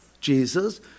Jesus